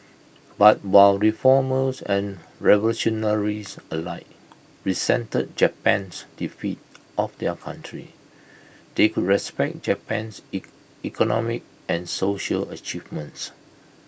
but while reformers and revolutionaries alike resented Japan's defeat of their country they could respect Japan's E economic and social achievements